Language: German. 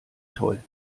toll